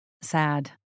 sad